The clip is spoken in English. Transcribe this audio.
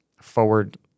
Forward